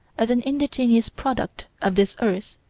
as an indigenous product of this earth